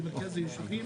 במרכז הישובים,